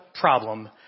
problem